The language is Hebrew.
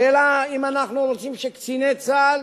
השאלה היא אם אנחנו רוצים שקציני צה"ל